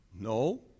No